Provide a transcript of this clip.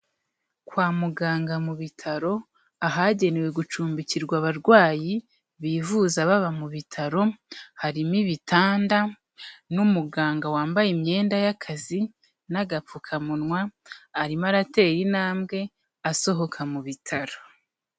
Kwa muganga mu bitaro ahagenewe gucumbikirwa abarwayi bivuza baba mu bitaro, harimo ibitanda n'umuganga wambaye imyenda y'akazi n'agapfukamunwa, arimo aratera intambwe asohoka mu bitaro.